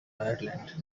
ireland